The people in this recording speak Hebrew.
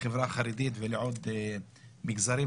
לחברה החרדית ולעוד מגזרים.